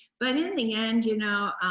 but in the end, you know,